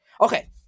Okay